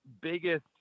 biggest